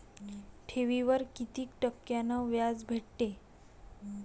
ठेवीवर कितीक टक्क्यान व्याज भेटते?